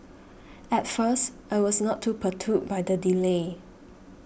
at first I was not too perturbed by the delay